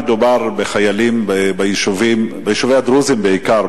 מדובר בחיילים ביישובי הדרוזים בעיקר,